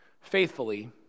faithfully